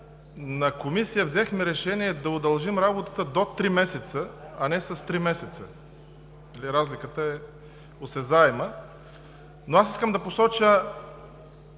на Комисията взехме решение да удължим работата до три месеца, а не с три месеца. Разликата е осезаема. Искам да посоча